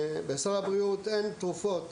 שבסל הבריאות אין תרופות